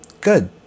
good